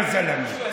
יא זלאמה,